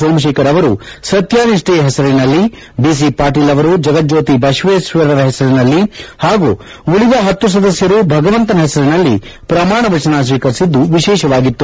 ಸೋಮಶೇಖರ್ ಅವರು ಸತ್ಯ ನಿಷ್ಣೆಯ ಹೆಸರಿನಲ್ಲಿ ಬಿ ಸಿ ಪಾಟೀಲ್ ಅವರು ಜಗಜ್ಯೋತಿ ಬಸವೇಶ್ವರರ ಹೆಸರಿನಲ್ಲಿ ಹಾಗೂ ಉಳಿದ ಹತ್ತು ಸದಸ್ಯರು ಭಗವಂತನ ಹೆಸರಿನಲ್ಲಿ ಪ್ರಮಾಣವಚನ ಸ್ವೀಕರಿಸಿದ್ದು ವಿಶೇಷವಾಗಿತ್ತು